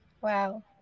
Wow